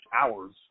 hours